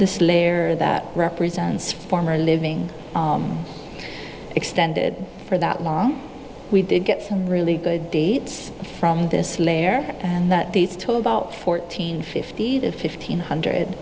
this layer that represents former living extended for that long we did get some really good dates from this flare and that these to about fourteen fifty that fifteen hundred